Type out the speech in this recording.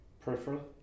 Peripheral